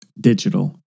digital